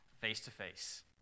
face-to-face